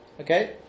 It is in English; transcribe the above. Okay